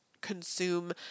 consume